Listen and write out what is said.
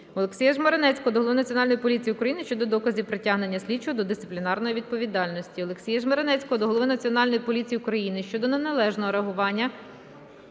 Олексія Жмеренецького до Голови Національної поліції України щодо доказів притягнення слідчого до дисциплінарної відповідальності. Олексія Жмеренецького до Голови Національної поліції України щодо неналежного реагування